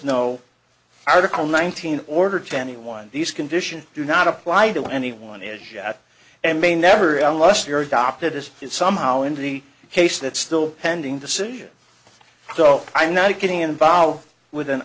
no article nineteen order to anyone these conditions do not apply to anyone as yet and may never unless they are adopted as it somehow in the case that's still pending decision so i'm not getting involved with an